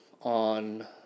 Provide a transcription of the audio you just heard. on